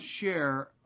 share